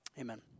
Amen